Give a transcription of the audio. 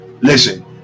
Listen